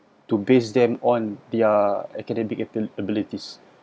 to base them on their academic abili~ abilities